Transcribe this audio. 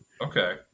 Okay